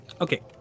Okay